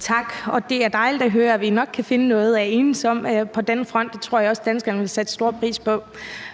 Tak. Det er dejligt at høre, at vi nok kan finde noget at enes om på den front. Det tror jeg også danskerne vil sætte stor pris på.